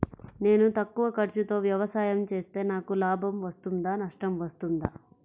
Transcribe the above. నేను తక్కువ ఖర్చుతో వ్యవసాయం చేస్తే నాకు లాభం వస్తుందా నష్టం వస్తుందా?